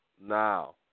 Now